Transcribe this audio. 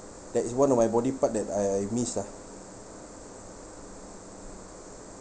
that is one of my body part that I I miss lah